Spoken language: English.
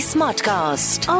Smartcast